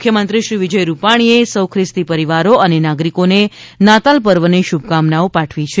મુખ્યમંત્રીશ્રી વિજય રૂપાણીએ સૌ ખિસ્તી પરિવારો અને નાગરિકોને નાતાલ પર્વની શુભકામનાઓ પાઠવી છે